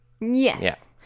Yes